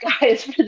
guys